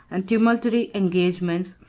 and tumultuary engagements,